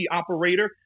operator